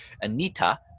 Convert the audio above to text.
Anita